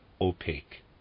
opaque